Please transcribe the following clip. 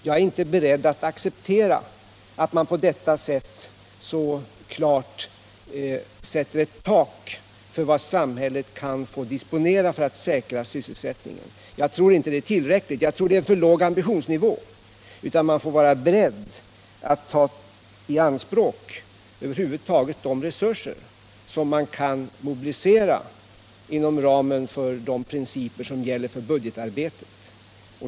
Jag är inte beredd att acceptera att man på detta sätt fixerar ett tak för vad samhället kan få disponera för att säkra sysselsättningen. Jag tror inte att det är tillräckligt. Jag tror att det är för låg ambitionsnivå. Man får vara beredd att ta i anspråk de resurser som man kan mobilisera inom ramen för budgeten.